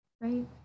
Right